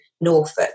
Norfolk